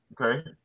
Okay